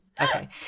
okay